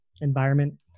environment